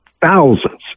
Thousands